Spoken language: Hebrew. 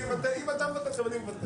אם אתה מבטל, גם אני מבטל.